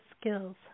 skills